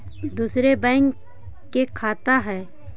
दुसरे बैंक के खाता हैं?